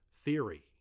theory